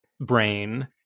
brain